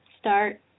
Start